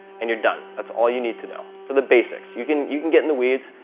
and you're done. that's all you need to know for the basics. you can you can get in the weeds,